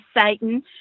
Satan